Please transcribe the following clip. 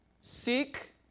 seek